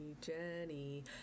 Jenny